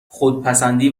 خودپسندی